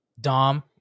Dom